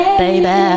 baby